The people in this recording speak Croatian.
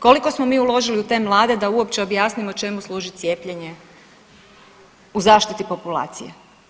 Koliko smo mi uložili u te mlade da uopće objasnimo čemu služi cijepljenje u zaštiti populacije?